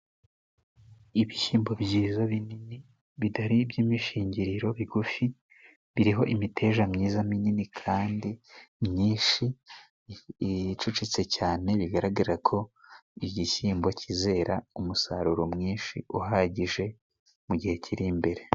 Ibishyimbo byiza binini bitari iby'imishingiriro bigufi, biriho imiteja myiza minini kandi myinshi icucitse cyane bigaragara ko igishyimbo kizera umusaruro mwinshi uhagije mu gihe kiri imbere.